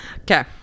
Okay